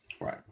Right